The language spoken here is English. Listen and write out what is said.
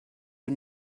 you